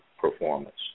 performance